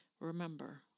remember